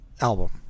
album